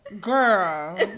Girl